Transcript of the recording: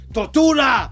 Tortura